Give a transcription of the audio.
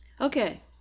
Okay